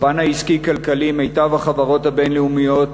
בפן העסקי-כלכלי מיטב החברות הבין-לאומיות